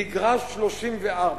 מגרש 34,